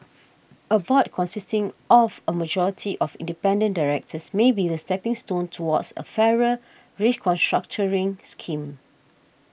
a board consisting of a majority of independent directors may be the stepping stone towards a fairer re constructuring scheme